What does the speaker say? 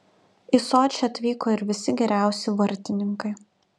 į sočį atvyko ir visi geriausi vartininkai